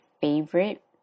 favorite